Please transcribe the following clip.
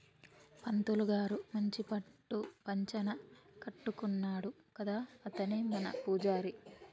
పంతులు గారు మంచి పట్టు పంచన కట్టుకున్నాడు కదా అతనే మన పూజారి